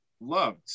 loved